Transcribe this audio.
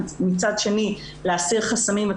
ומצד שני להסיר חסמים.